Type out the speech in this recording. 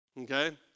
Okay